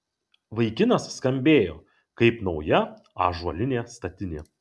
vaikinas skambėjo kaip nauja ąžuolinė statinė